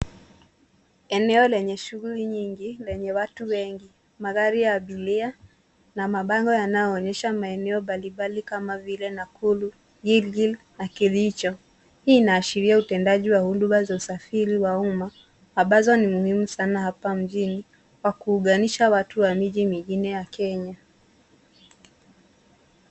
Eneo lenye shughuli nyingi lenye watu wengi. Magari ya abiria na mabango yanayoonyesha maeneo mbali mbali kama vile: Nakuru, Gilgil na Kericho. Hii inaashiria utendaji wa huduma za usafiri wa umma ambazo ni muhimu sana hapa mjini, kwa kuunganisha watu wa miji mingine ya Kenya.